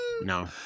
No